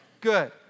Good